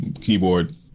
keyboard